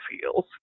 feels